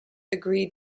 agreed